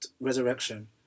resurrection